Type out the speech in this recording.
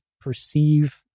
perceive